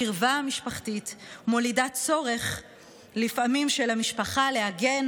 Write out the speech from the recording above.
הקרבה המשפחתית מולידה צורך של המשפחה להגן